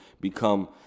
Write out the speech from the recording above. become